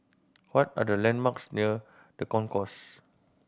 what are the landmarks near The Concourse